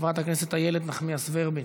חברת הכנסת איילת נחמיאס ורבין,